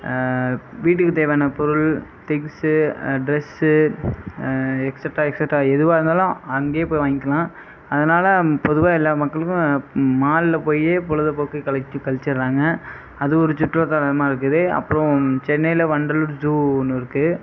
வீட்டுக்குத் தேவையான பொருள் திங்ஸு டிரெஸ்ஸு எக்ஸட்ரா எக்ஸட்ரா எதுவாக இருந்தாலும் அங்கேயே போய் வாங்கிக்கலாம் அதனால் பொதுவாக எல்லா மக்களுக்கும் மாலில் போயே பொழுதுபோக்கை கழிக் கழிச்சுறாங்க அது ஒரு சுற்றுலாத்தலமாக இருக்குது அப்புறம் சென்னையில் வண்டலூர் ஜூ ஒன்று இருக்குது